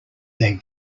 their